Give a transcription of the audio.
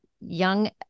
young